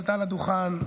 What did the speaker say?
עלתה לדוכן,